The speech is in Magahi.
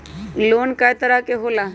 लोन कय तरह के होला?